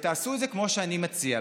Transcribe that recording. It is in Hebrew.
ותעשו את זה כמו שאני מציע,